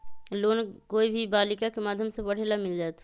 Loan कोई भी बालिका के माध्यम से पढे ला मिल जायत?